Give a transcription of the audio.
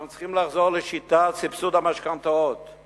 אנחנו צריכים לחזור לשיטת סבסוד המשכנתאות,